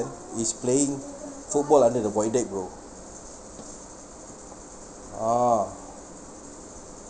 is playing football under the void deck bro a'ah